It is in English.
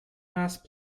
last